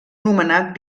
nomenat